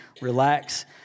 relax